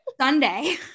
Sunday